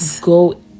go